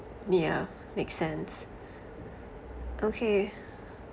yeah makes sense okay